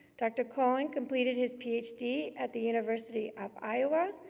dr. koehn and completed his ph d. at the university of iowa,